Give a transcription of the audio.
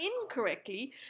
incorrectly